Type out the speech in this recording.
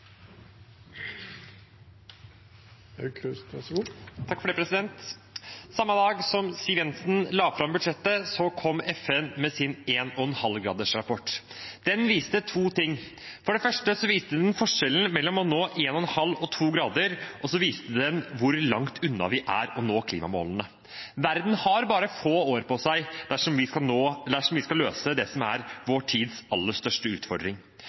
grader, og så viste den hvor langt unna vi er å nå klimamålene. Verden har bare få år på seg dersom vi skal løse det som er vår tids aller største utfordring.